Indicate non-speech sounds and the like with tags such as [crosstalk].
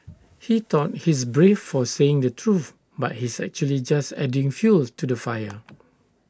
he thought he's brave for saying the truth but he's actually just adding fuel to the fire [noise]